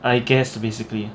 I guess basically